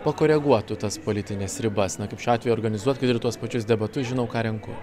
pakoreguotų tas politines ribas na kaip šiuo atveju organizuot kad ir tuos pačius debatus žinau ką renku